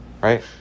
right